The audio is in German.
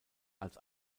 als